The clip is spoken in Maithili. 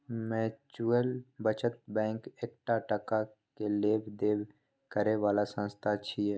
म्यूच्यूअल बचत बैंक एकटा टका के लेब देब करे बला संस्था छिये